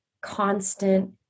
constant